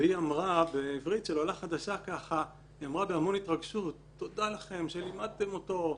והיא אמרה בעברית של עולה חדשה בהמון התרגשות: תודה לכם שלימדתם אותו,